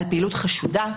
על פעילות חשודה.